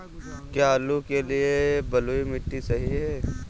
क्या आलू के लिए बलुई मिट्टी सही है?